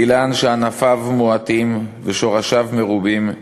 לאילן שענפיו מועטין ושורשיו מרובין: